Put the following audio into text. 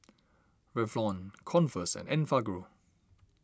Revlon Converse and Enfagrow